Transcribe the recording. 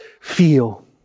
feel